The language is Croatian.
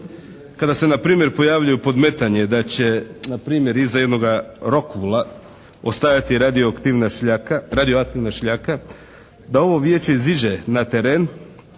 kada se npr. pojavljuju podmetanje da će npr. iza jednoga Rokula ostajati radioaktivna šljaka, da ovo Vijeće iziđe na teren